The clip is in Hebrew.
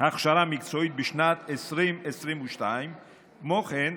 הכשרה מקצועית בשנת 2022 כהוראת שעה.